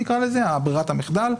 ברירת המחדל,